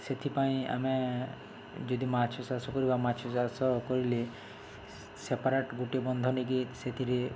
ସେଥିପାଇଁ ଆମେ ଯଦି ମାଛ ଚାଷ କରିବା ମାଛ ଚାଷ କରିଲେ ସେପାରେଟ୍ ଗୋଟେ ବନ୍ଧ ନେଇକି ସେଥିରେ